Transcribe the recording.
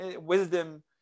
wisdom